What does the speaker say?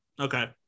Okay